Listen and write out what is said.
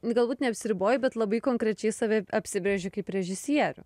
galbūt neapsiriboji bet labai konkrečiai save apsibrėži kaip režisierių